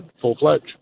full-fledged